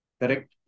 Correct